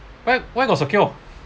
where where got secure